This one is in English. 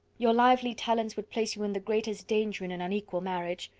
your lively talents would place you in the greatest danger in an unequal marriage.